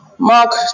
mark